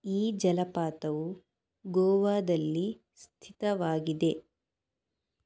ಈ ಜಲಪಾತವು ಗೋವಾದಲ್ಲಿ ಸ್ಥಿತವಾಗಿದೆ